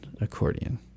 accordion